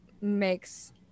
makes